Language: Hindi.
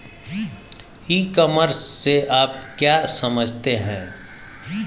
ई कॉमर्स से आप क्या समझते हैं?